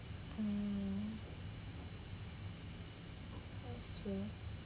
mm that's true